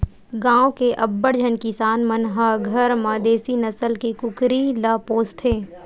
गाँव के अब्बड़ झन किसान मन ह घर म देसी नसल के कुकरी ल पोसथे